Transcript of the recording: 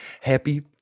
Happy